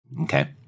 Okay